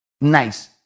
nice